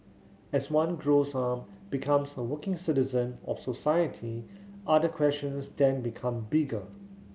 as one grows up becomes a working citizen of society other questions then become bigger